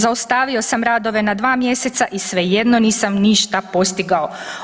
Zaustavio sam radove na dva mjeseca i svejedno nisam ništa postigao.